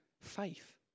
faith